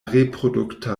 reprodukta